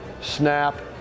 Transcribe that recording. snap